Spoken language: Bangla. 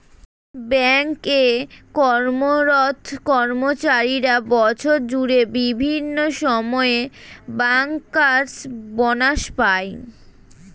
ব্যাঙ্ক এ কর্মরত কর্মচারীরা বছর জুড়ে বিভিন্ন সময়ে ব্যাংকার্স বনাস পায়